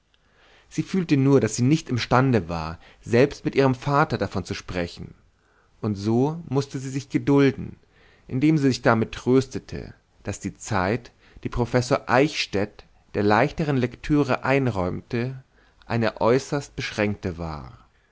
sie fühlte nur daß sie nicht imstande war selbst mit ihrem vater davon zu sprechen und so mußte sie sich gedulden indem sie sich damit tröstete daß die zeit die professor eichstädt der leichteren lektüre einräumte eine äußerst beschränkte war